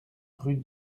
rue